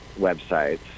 websites